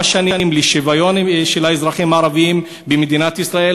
שנים לשוויון של האזרחים הערבים במדינת ישראל?